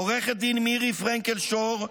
עורכת הדין מירי פרנקל שור,